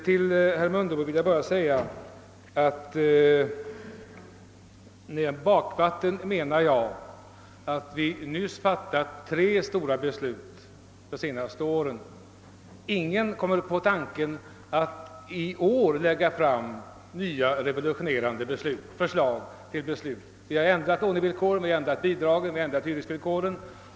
Till herr Mundebo vill jag bara säga att jag med uttrycket »bakvatten» syftade på att vi fattat tre stora beslut under de senaste åren. Ingen kommer på tanken att i år lägga fram nya, revolutionerande förslag på bostadsområdet sedan vi nyss ändrat lånevillkoren, bidragsvillkoren och hyresvillkoren.